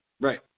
Right